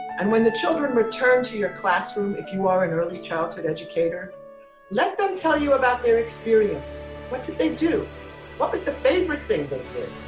and when the children return to your classroom if you are an early childhood educator let them tell you about their experience what did they do what was the favorite thing they did?